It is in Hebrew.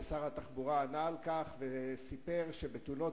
ושר התחבורה ענה וסיפר שיש ירידה בתאונות